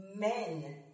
Men